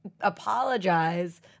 apologize